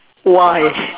why